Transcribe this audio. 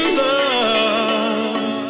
love